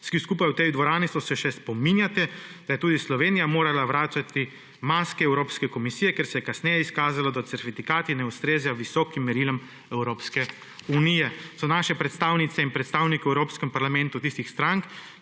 Vsi skupaj v tej dvorani se še spominjate, da je tudi Slovenija morala vračati maske Evropske komisije, kar se je kasneje izkazalo, da certifikati ne ustrezajo visokim merilom Evropske unije. So naše predstavnice in predstavniki v evropskem parlamentu, tistih strank,